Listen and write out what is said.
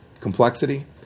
complexity